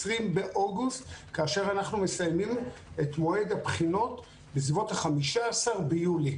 כאשר מועד הבחינות מסתיים בסביבות 15 ביולי.